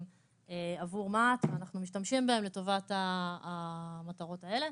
עבור מה"ט ואנחנו משתמשים בהם לטובת המטרות האלה.